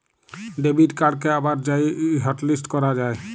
debit কাড়কে আবার যাঁয়ে হটলিস্ট ক্যরা যায়